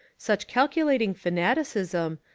such calculating fanaticism,